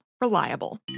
Reliable